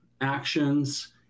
actions